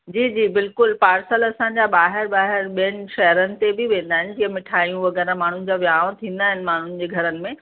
जी जी बिल्कुलु पार्सल असांजा ॿाहिरि ॿाहिरि ॿियनि शहरनि ते बि वेंदा आहिनि जीअं मिठायूं वग़ैरह माण्हुनि जा विहांउ थींदा आहिनि माण्हुनि जे घरनि में